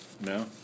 No